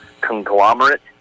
conglomerate